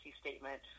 Statement